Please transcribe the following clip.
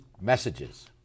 messages